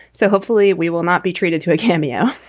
so hopefully we will not be treated to a cameo,